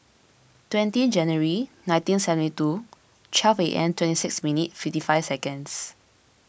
twenty January nineteen seventy two and twenty six minutes fifty five seconds